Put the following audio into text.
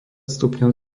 stupňov